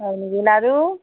হয় নেকি লাৰু